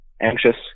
Anxious